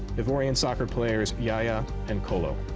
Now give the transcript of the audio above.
ivorian soccer players yaya and kolo.